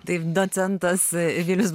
taip docentas vylius